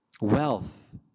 wealth